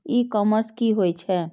ई commerce की होए छै?